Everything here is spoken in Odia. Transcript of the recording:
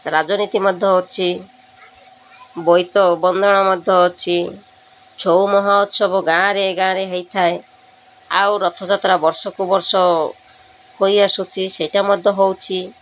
ରାଜନୀତି ମଧ୍ୟ ଅଛି ବୋଇତ ବନ୍ଦାଣ ମଧ୍ୟ ଅଛି ଛଉ ମହୋତ୍ସବ ଗାଁରେ ଗାଁରେ ହେଇଥାଏ ଆଉ ରଥଯାତ୍ରା ବର୍ଷକୁ ବର୍ଷ ହୋଇ ଆସୁଛି ସେଇଟା ମଧ୍ୟ ହେଉଛି